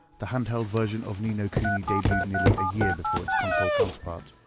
the handheld version of ni no kuni debuted nearly a year before its console counterpart.